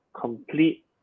complete